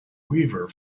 weaver